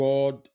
God